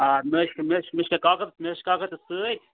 آ مےٚ حظ چھِ مےٚ حظ چھِ مےٚ چھِ أکیٛاہ کاکد مےٚ حظ چھِ کاکد تہِ سۭتۍ